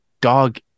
dog